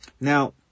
Now